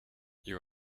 you